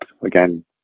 again